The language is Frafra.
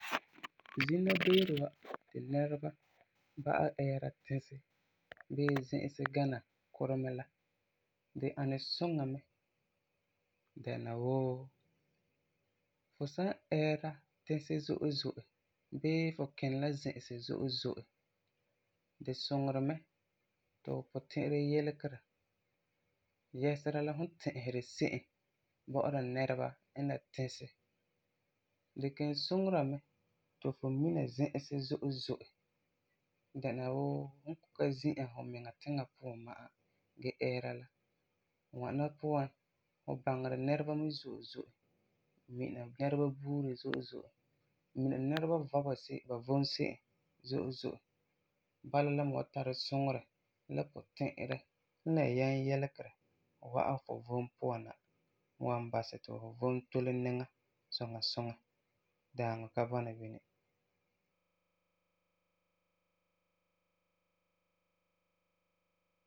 Zina beere wa ti nɛreba ba'am ɛɛra tisi bii zi'isi gana kuremi la, di ani suŋa mɛ dɛna wuu fu san ɛɛra tisi zo'e zo'e bii fu kini la zi'isi zo'e zo'e, di suŋeri mɛ ti fu puti'irɛ yilegera yɛsera la fum n ti'iseri se'em bɔ'ɔra nɛreba n la tisi. Di kelum suŋera mɛ ti fu mina zi'isi zo'e zo'e dɛna fum kɔ'ɔm ka zi'a fumiŋa tiŋa puan la ma'a gee ɛɛra la, ŋwana puan fu baŋeri nɛreba mɛ zo'e zo'e, mina nɛreba buuri zo'e zo'e, mina nɛreba vɔ ba se'em, ba vom se'em zo'e zo'e, bala la me fu tari suŋerɛ, la puti'irɛ la yɛm yilegerɛ wa'am fu vom puan na, wan basɛ ti fu vom tole niŋa suŋa suŋa ti daaŋɔ ka bɔna bini.